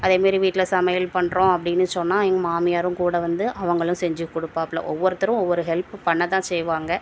அதேமாரி வீட்டில் சமையல் பண்ணுறோம் அப்படின்னு சொன்னால் எங்கள் மாமியாரும் கூட வந்து அவங்களும் செஞ்சு கொடுப்பாப்புல ஒவ்வொருத்தரும் ஒவ்வொரு ஹெல்ப்பு பண்ண தான் செய்வாங்க